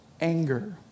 anger